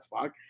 fuck